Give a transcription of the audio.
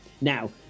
Now